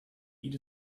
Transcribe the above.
eat